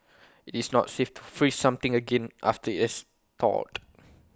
IT is not safe to freeze something again after IT has thawed